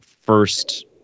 first